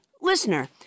Listener